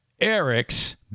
Eric's